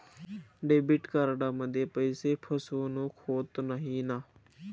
Debit कार्डमध्ये पैसे फसवणूक होत नाही ना?